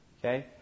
okay